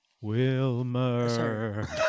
Wilmer